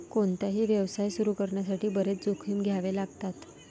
कोणताही व्यवसाय सुरू करण्यासाठी बरेच जोखीम घ्यावे लागतात